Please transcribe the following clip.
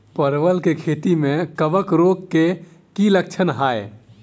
परवल केँ खेती मे कवक रोग केँ की लक्षण हाय?